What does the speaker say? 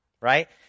right